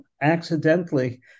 accidentally